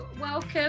welcome